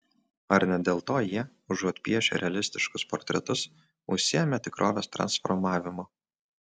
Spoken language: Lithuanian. ar ne dėl to jie užuot piešę realistiškus portretus užsiėmė tikrovės transformavimu